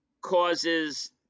causes